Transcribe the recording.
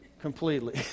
completely